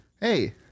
Hey